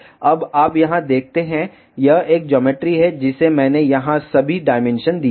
अब आप यहां देखते हैं यह एक ज्योमेट्री है जिसे मैंने यहां सभी डायमेंशन दिए हैं